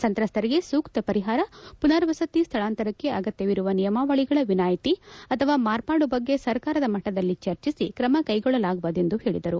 ಸಂತ್ರಸ್ತಂಗೆ ಸೂಕ್ತ ಪರಿಹಾರ ಮನರ್ವಸತಿ ಸ್ವಳಾಂತರಕ್ಕೆ ಆಗತ್ತವಿರುವ ನಿಯಮಾವಳಿಗಳ ವಿನಾಯಿತಿ ಅಥವಾ ಮಾರ್ಪಡು ಬಗ್ಗೆ ಸರ್ಕಾರದ ಮಟ್ಟದಲ್ಲಿ ಚರ್ಚಿಸಿ ಕ್ರಮ ಕೈಗೊಳ್ಳಲಾಗುವುದು ಎಂದು ಹೇಳಿದರು